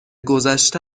گذشته